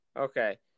Okay